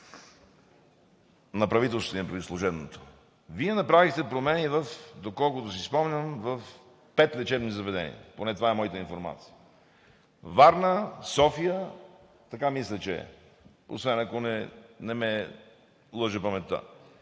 на правителството – имам предвид служебното, Вие направихте промени, доколкото си спомням, в пет лечебни заведения, поне това е моята информация – Варна, София, така мисля, че е, освен ако не ме лъже паметта.